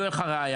לא יהיה לך ראיה.